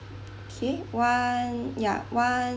okay one ya one